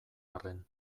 arren